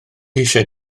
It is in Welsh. eisiau